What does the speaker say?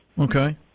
okay